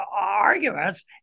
arguments